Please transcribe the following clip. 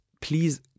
Please